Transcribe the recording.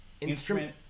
Instrument